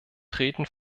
treten